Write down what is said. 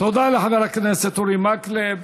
תודה לחבר הכנסת אורי מקלב.